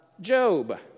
Job